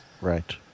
Right